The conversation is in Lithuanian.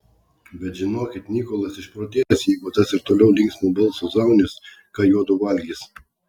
bet žinokit nikolas išprotės jeigu tas ir toliau linksmu balsu zaunys ką juodu valgys